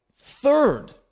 third